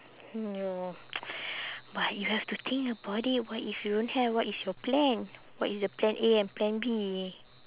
mm but you have to think about it what if you don't have what is your plan what is the plan A and plan B